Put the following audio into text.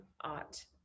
art